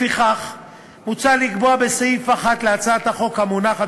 לפיכך מוצע לקבוע בסעיף 1 להצעת החוק המונחת